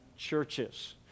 churches